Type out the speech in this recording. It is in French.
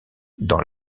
dans